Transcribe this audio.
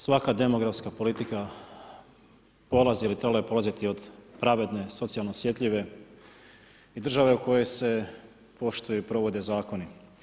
Svaka demografska politika polazi ili trebala je polaziti od pravedne, socijalno osjetljive i države u kojoj se poštuju i provode zakoni.